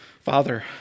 Father